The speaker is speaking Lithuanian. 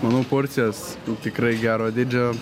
manau porcijos tikrai gero dydžio